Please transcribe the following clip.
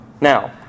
Now